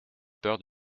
peur